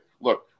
look –